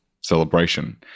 celebration